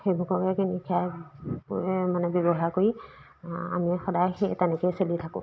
সেইবোৰকে কিনি খাই মানে ব্যৱহাৰ কৰি আমি সদায় সেই তেনেকেই চলি থাকোঁ